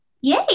Yay